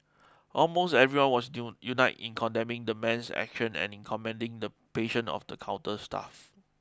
almost everyone was united in condemning the man's actions and in commending the patience of the counter staff